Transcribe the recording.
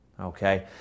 okay